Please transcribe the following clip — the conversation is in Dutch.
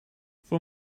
voor